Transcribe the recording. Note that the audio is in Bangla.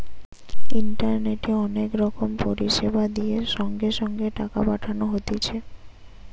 ইন্টারনেটে অনেক রকম পরিষেবা দিয়ে সঙ্গে সঙ্গে টাকা পাঠানো হতিছে